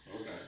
okay